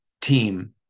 team